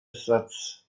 satz